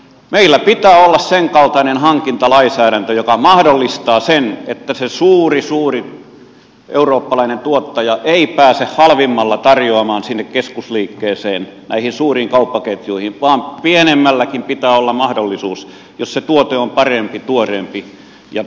meillä pitää olla senkaltainen hankintalainsäädäntö joka mahdollistaa sen että se suuri suuri eurooppalainen tuottaja ei pääse halvimmalla tarjoamaan keskusliikkeeseen näihin suuriin kauppaketjuihin vaan pienemmälläkin pitää olla mahdollisuus jos se tuote on parempi tuoreempi ja läheisempi